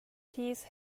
peace